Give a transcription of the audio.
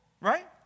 right